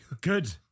Good